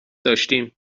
داشتیم